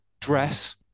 dress